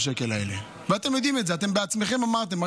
אז